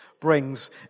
brings